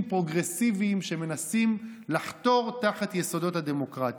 פרוגרסיביים שמנסים לחתור תחת יסודות הדמוקרטיה.